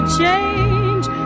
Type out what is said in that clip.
change